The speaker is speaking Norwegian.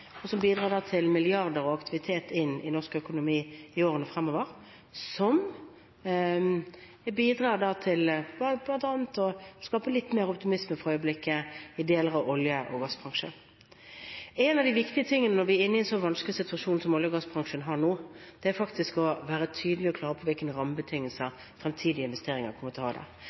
som bidrar til aktivitet for milliarder inn i norsk økonomi i årene fremover, og som bidrar til bl.a. å skape litt mer optimisme for øyeblikket i deler av olje- og gassbransjen. En av de viktige tingene når vi er inne i en sånn vanskelig situasjon som olje- og gassbransjen er i nå, er å være klar og tydelig på hvilke rammebetingelser fremtidige investeringer kommer til